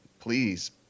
please